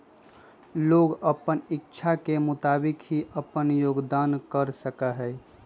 लोग अपन इच्छा के मुताबिक ही अपन योगदान कर सका हई